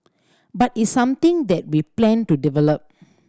but it's something that we plan to develop